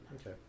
Okay